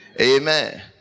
Amen